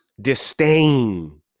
disdain